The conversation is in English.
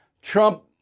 Trump